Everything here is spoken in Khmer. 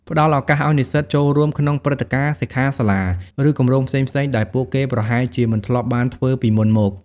ផ្តល់ឱកាសឱ្យនិស្សិតចូលរួមក្នុងព្រឹត្តិការណ៍ សិក្ខាសាលា ឬគម្រោងផ្សេងៗដែលពួកគេប្រហែលជាមិនធ្លាប់បានធ្វើពីមុនមក។